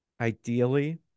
Ideally